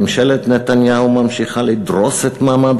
ממשלת נתניהו ממשיכה לדרוס את מעמד